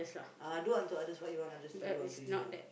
ah do unto others as what you want others to do unto you ah